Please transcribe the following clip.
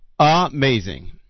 Amazing